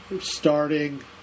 Starting